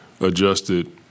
adjusted